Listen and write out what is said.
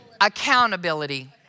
accountability